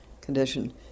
condition